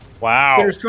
wow